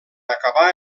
acabar